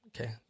Okay